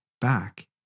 back